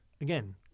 again